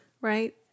right